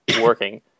working